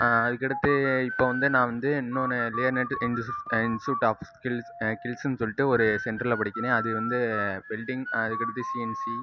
அதுக்கடுத்து இப்போது வந்து நான் வந்து இன்னொன்னு லேநெட்டு இன்ஸ்ட்யூட் ஆஃப் ஸ்கில்ஸ் ஸ்கில்ஸ்ன்னு சொல்லிட்டு ஒரு சென்டரில் படிக்கிறேன் அது வந்து வெல்ட்டிங் அதுக்கடுத்து சிஎன்சி